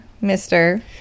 mister